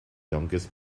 youngest